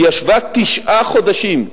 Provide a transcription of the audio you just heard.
היא ישבה תשעה חודשים,